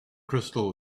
crystal